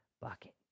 bucket